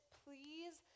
please